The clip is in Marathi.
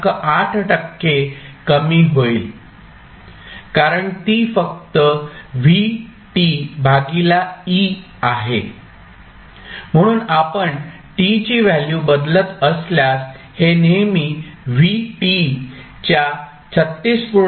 8 टक्के कमी होईल कारण ती फक्त Vte आहे म्हणून आपण t ची व्हॅल्यू बदलत असल्यास हे नेहमी Vt च्या 36